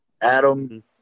Adam